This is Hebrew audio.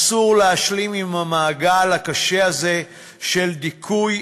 אסור להשלים עם המעגל הקשה הזה של דיכוי,